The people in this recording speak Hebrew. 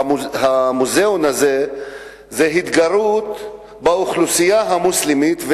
המוזיאון הזה זה התגרות באוכלוסייה המוסלמית,